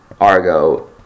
Argo